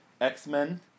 X-Men